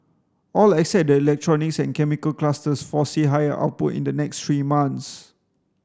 all except the electronics and chemicals clusters foresee higher output in the next three months